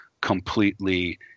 completely